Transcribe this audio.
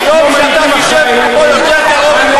היום שאתה תשב פה יותר קרוב.